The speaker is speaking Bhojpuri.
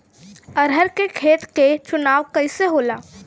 अरहर के खेत के चुनाव कइसे होला?